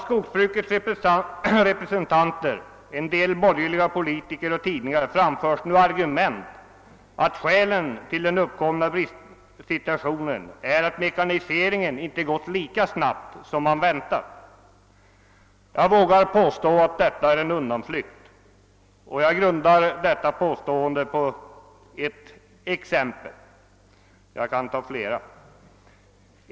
Skogsbrukets representanter liksom en del borgerliga politiker och tidningar framför nu argumentet att skälet till den uppkomna bristsituationen skulle vara att mekaniseringen inte gått lika snabbt som man väntat. Jag vågar påstå att detta är en undanflykt. Jag vill underbygga detta påstående med ett exempel — jag skulle kunna anföra flera.